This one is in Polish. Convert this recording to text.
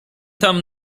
tam